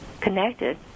connected